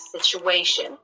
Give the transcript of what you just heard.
situation